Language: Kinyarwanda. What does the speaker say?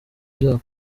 byabo